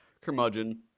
curmudgeon